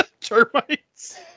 Termites